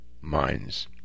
minds